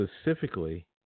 specifically